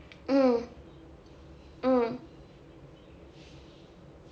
mm mm